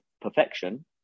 perfection